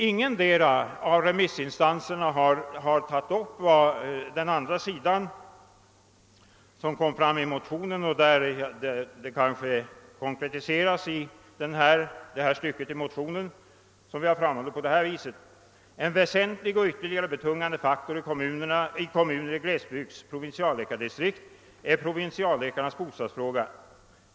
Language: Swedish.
Ingen av re missinstanserna har tagit upp den andra sidan av saken som konkretiseras i följande stycke i motionen: »En väsentlig och ytterligare betungande faktor i kommuner i glesbygdsprovinsialläkardistrikt är provinsialläkarnas bostadsfråga.